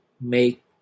make